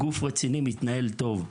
גוף רציני מתנהל טוב,